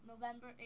November